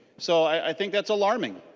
so i think that's alarming.